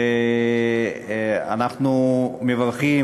ואנחנו מברכים,